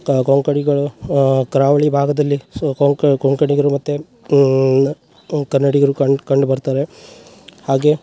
ಕೊಂಕಣಿಗಳು ಕರಾವಳಿ ಭಾಗದಲ್ಲಿ ಸೊ ಕೊಂಕ ಕೊಂಕಣಿಗರು ಮತ್ತು ನ ಕನ್ನಡಿಗರು ಕಂಡು ಕಂಡು ಬರ್ತಾರೆ ಹಾಗೆ